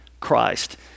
Christ